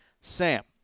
Sam